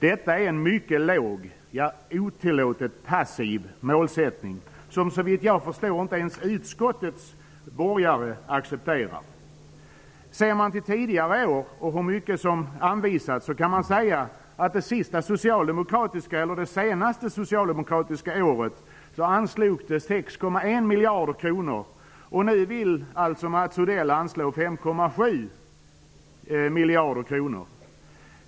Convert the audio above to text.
Detta är en mycket låg, ja, otillåtet passiv målsättning som såvitt jag förstår inte ens utskottets borgerliga ledamöter accepterar. Ser man hur mycket som anvisats tidigare år kan man säga att det senaste socialdemokratiska året anslogs 6,1 miljarder kronor. Nu vill Mats Odell anslå 5,7 miljarder kronor.